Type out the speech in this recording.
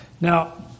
Now